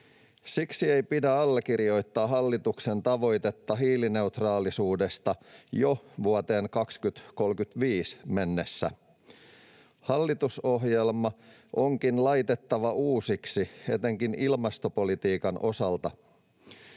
Siksi ei pidä allekirjoittaa hallituksen tavoitetta hiilineutraalisuudesta jo vuoteen 2035 mennessä. Hallitusohjelma onkin laitettava uusiksi etenkin ilmastopolitiikan osalta.